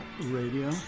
Radio